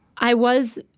i was,